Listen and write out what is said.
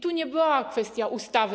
To nie była kwestia ustawy.